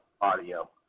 audio